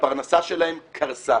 שהפרנסה שלהם קרסה,